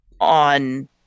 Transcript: on